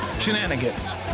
Shenanigans